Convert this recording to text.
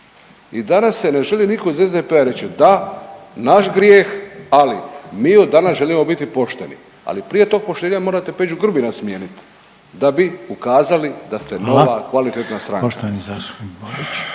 I danas se ne želi nitko iz SDP-a reći da, naš grijeh, ali mi od danas želimo biti pošteni, ali prije tog poštenja morate Peđu Grbina smijeniti da bi ukazali da ste nova …/Upadica: Hvala./… kvalitetna